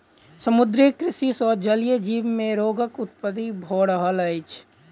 समुद्रीय कृषि सॅ जलीय जीव मे रोगक उत्पत्ति भ रहल अछि